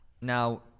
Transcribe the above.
Now